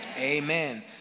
Amen